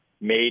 made